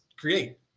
create